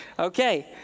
Okay